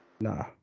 nah